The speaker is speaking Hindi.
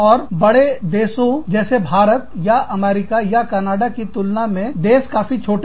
और बड़े देशों जैसे भारत या अमेरिका या कनाडा की तुलना में देश काफी छोटे हैं